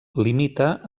limita